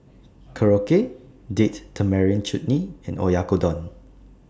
Korokke Date Tamarind Chutney and Oyakodon